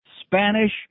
Spanish